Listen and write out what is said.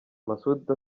masudi